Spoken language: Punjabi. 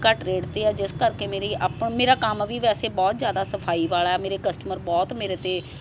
ਘੱਟ ਰੇਟ 'ਤੇ ਆ ਜਿਸ ਕਰਕੇ ਮੇਰੀ ਆਪਾਂ ਮੇਰਾ ਕੰਮ ਵੀ ਵੈਸੇ ਬਹੁਤ ਜ਼ਿਆਦਾ ਸਫਾਈ ਵਾਲਾ ਮੇਰੇ ਕਸਟਮਰ ਬਹੁਤ ਮੇਰੇ 'ਤੇ